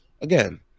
again